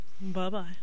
Bye-bye